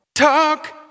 Talk